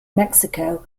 mexico